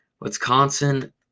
Wisconsin